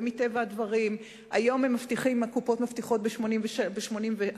ומטבע הדברים היום הקופות מבטיחות ב-84 שקלים,